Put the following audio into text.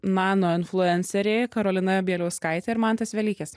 nano influenceriai karolina bieliauskaitė ir mantas velykis